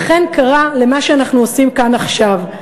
וכן קרא למה שאנחנו עושים כאן עכשיו,